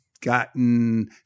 gotten